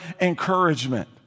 encouragement